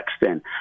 extent